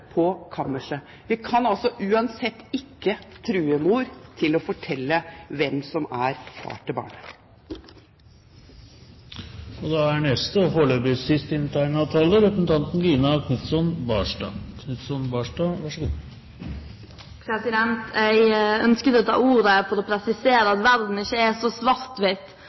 på kammerset. Vi kan altså uansett ikke true mor til å fortelle hvem som er far til barnet. Jeg ønsker å ta ordet for å presisere at verden ikke er så